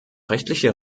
rechtliche